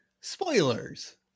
spoilers